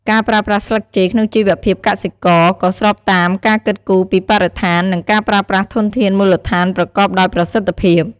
ការប្រើប្រាស់ស្លឹកចេកក្នុងជីវភាពកសិករ ក៏ស្របតាម ការគិតគូរពីបរិស្ថាន និងការប្រើប្រាស់ធនធានមូលដ្ឋានប្រកបដោយប្រសិទ្ធភាព។